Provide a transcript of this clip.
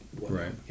Right